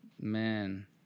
Man